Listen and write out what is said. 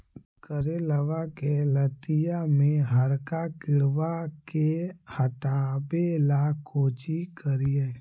करेलबा के लतिया में हरका किड़बा के हटाबेला कोची करिए?